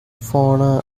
fauna